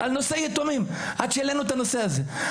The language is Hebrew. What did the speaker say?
על נושא יתומים עד שהעלינו את הנושא הזה,